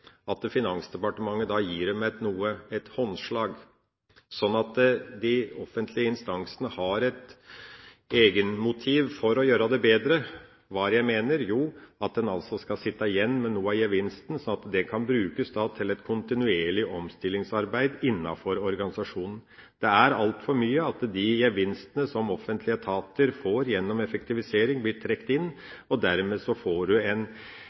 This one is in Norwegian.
bedre. – Hva jeg mener? Jo, at en skal sitte igjen med noe av gevinsten, som kan brukes til et kontinuerlig omstillingsarbeid innafor organisasjonen. Det er altfor mye av at de gevinstene som offentlige etater får gjennom effektivisering, blir trukket inn. Dermed får man et manglende incitament i organisasjonen til å fortsette det arbeidet. Det som videre er et godt eksempel, og som regjeringspartiene har tatt fram, er det som skjer i kommunesektoren med kvalitetskommuneprogrammet Sammen om en